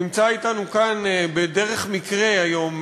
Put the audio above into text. נמצא אתנו כאן בדרך מקרה היום,